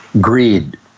greed